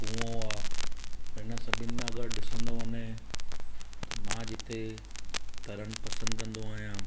कुओं आहे हिन सभिनि मां अगरि ॾिसणो वञे त मां जिते तरणु पसंदि कंदो आहियां